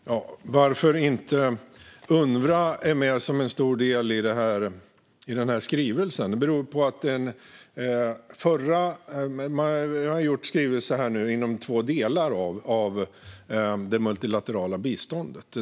Fru talman! Att inte Unrwa är med som en stor del i skrivelsen beror på att man har gjort skrivelser i två delar för det multilaterala biståndet.